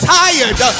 tired